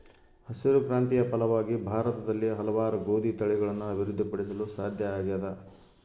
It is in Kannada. ಹಸಿರು ಕ್ರಾಂತಿಯ ಫಲವಾಗಿ ಭಾರತದಲ್ಲಿ ಹಲವಾರು ಗೋದಿ ತಳಿಗಳನ್ನು ಅಭಿವೃದ್ಧಿ ಪಡಿಸಲು ಸಾಧ್ಯ ಆಗ್ಯದ